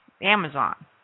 Amazon